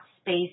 space